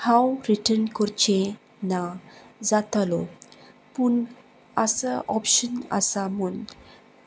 हांव रिटर्न करचें ना जातालो पूण आसा ऑप्शन आसा म्हूण